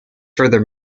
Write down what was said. further